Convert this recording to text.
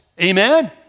Amen